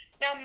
Now